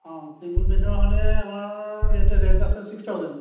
single বেডৰ হ'লে আমাৰ ইয়াতে ৰেণ্ট আছে চিক্স থাউজেণ্ড